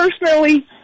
Personally